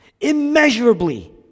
immeasurably